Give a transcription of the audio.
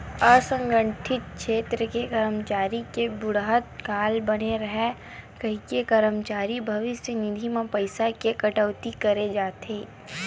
असंगठित छेत्र के करमचारी के बुड़हत काल बने राहय कहिके करमचारी भविस्य निधि म पइसा के कटउती करे जाथे